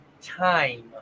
time